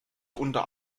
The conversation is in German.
unter